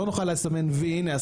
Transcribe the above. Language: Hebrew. שנוכל לסמן וי "הנה,